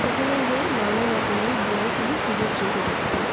সেখানে যেয়ে নানা রকমের জিনিস আমি নিজের চোখে দেখতাম